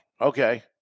Okay